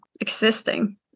existing